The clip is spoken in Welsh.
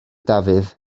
dafydd